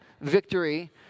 victory